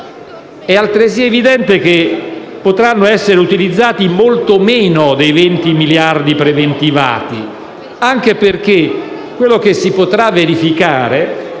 È altresì evidente che potranno essere utilizzati molto meno dei 20 miliardi preventivati, anche perché quello che si potrà verificare